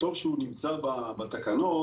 וטוב שהוא נמצא בתקנות,